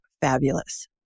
fabulous